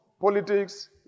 politics